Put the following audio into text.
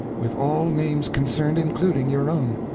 with all names concerned, including your own.